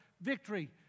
victory